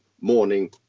morning